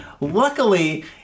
luckily